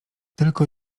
tylko